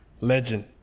Legend